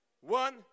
One